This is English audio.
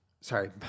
Sorry